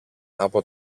από